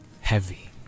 heavy